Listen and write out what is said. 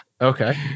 Okay